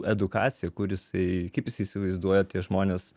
edukacija kur jisai kaip jis įsivaizduoja tie žmonės